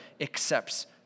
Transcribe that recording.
accepts